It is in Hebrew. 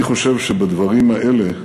אני חושב שבדברים האלה,